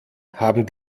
haben